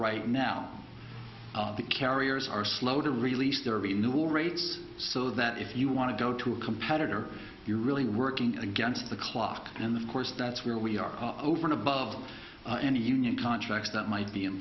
right now the carriers are slow to release their of the new rates so that if you want to go to a competitor you're really working against the clock and of course that's where we are over and above any union contracts that might be in